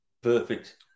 perfect